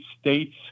states